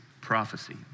prophecy